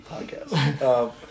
podcast